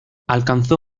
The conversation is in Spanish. alcanzó